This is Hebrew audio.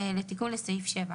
לתיקון לסעיף 7,